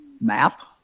map